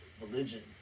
Religion